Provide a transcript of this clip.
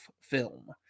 film